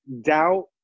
doubt